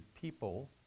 people